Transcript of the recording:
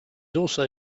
also